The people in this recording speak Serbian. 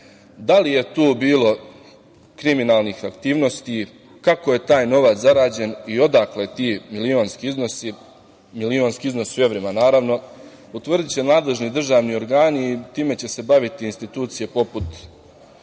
Da li je tu bilo kriminalnih aktivnosti, kako je taj novac zarađen i odakle ti milionski iznosi, u evrima naravno, utvrdiće nadležni državni organi i time će se baviti institucije poput Poreske